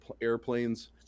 airplanes